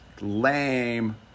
Lame